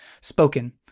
spoken